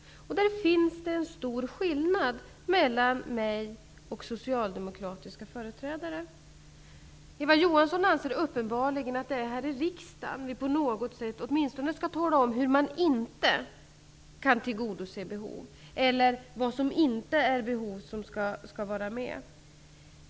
Där finns det en stor skillnad mellan mig och socialdemokratiska företrädare. Eva Johansson anser uppenbarligen att det är här i riksdagen vi på något sätt åtminstone skall tala om hur man inte kan tillgodose behov eller vad som inte är behov som skall vara med.